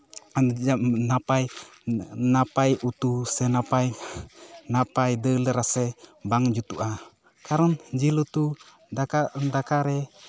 ᱱᱟᱯᱟᱭ ᱱᱟᱯᱟᱭ ᱩᱛᱩ ᱥᱮ ᱱᱟᱯᱟᱭ ᱱᱟᱯᱟᱭ ᱫᱟᱹᱞ ᱨᱟᱥᱮ ᱵᱟᱝ ᱡᱩᱛᱩᱜᱼᱟ ᱠᱟᱨᱚᱱ ᱡᱤᱞ ᱩᱛᱩ ᱫᱟᱠᱟᱨᱮ